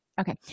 okay